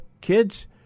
kids